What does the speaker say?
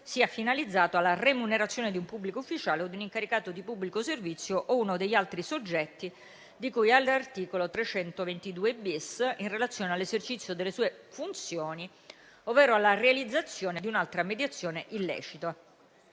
sia finalizzato alla remunerazione di un pubblico ufficiale, di un incaricato di pubblico servizio o di uno degli altri soggetti di cui all'articolo 322-*bis* in relazione all'esercizio delle sue funzioni ovvero alla realizzazione di un'altra mediazione illecita.